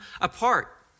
apart